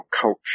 culture